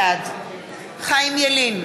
בעד חיים ילין,